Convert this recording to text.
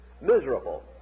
miserable